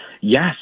Yes